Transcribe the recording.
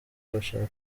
bashaka